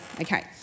Okay